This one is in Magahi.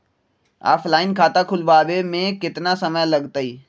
ऑफलाइन खाता खुलबाबे में केतना समय लगतई?